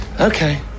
Okay